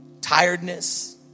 tiredness